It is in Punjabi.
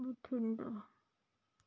ਬਠਿੰਡਾ